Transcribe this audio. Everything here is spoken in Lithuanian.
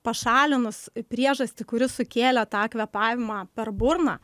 pašalinus priežastį kuri sukėlė tą kvėpavimą per burną